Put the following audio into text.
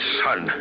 son